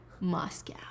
moscow